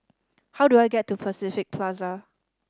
how do I get to Pacific Plaza